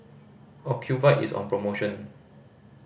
ocuvite is on promotion